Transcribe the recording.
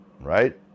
Right